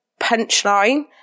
punchline